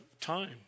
time